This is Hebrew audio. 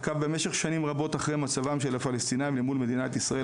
עקב במשך שנים רבות אחרי מצבם של הפלסטינאים למול מדינת ישראל